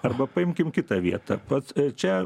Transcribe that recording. arba paimkim kitą vietą vat čia